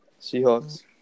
Seahawks